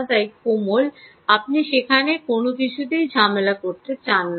তাই কোমল আপনি সেখানে কোনও কিছুতেই ঝামেলা করতে চান না